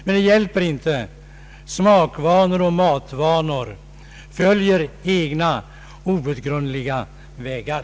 Men det hjälper inte; smakvanor och matvanor följer egna, outgrundliga vägar.